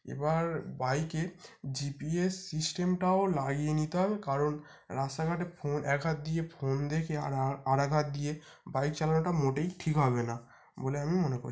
এবার বাইকে জিপিএস সিস্টেমটাও লাগিয়ে নিতে হবে কারণ রাস্তাঘাটে ফোন এক হাত দিয়ে ফোন দেখে আর আরেক হাত দিয়ে বাইক চালানোটা মোটেই ঠিক হবে না বলে আমি মনে করি